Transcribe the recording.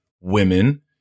women